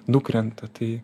nukrenta tai